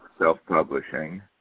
self-publishing